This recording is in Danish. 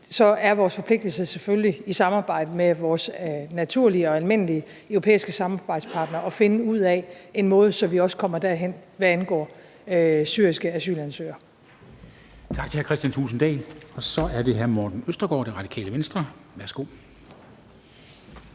så er vores forpligtelse selvfølgelig i samarbejde med vores naturlige og almindelige europæiske samarbejdspartnere at finde ud af en måde, så vi også kommer derhen, hvad angår syriske asylansøgere. Kl. 13:34 Formanden (Henrik Dam Kristensen): Tak til hr. Kristian Thulesen Dahl. Og så er det hr. Morten Østergaard, Det Radikale Venstre. Værsgo.